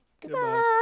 Goodbye